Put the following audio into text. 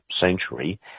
century